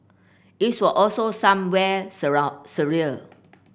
its were also somewhere surround surreal